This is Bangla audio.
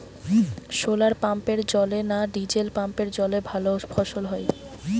শোলার পাম্পের জলে না ডিজেল পাম্পের জলে ভালো ফসল হয়?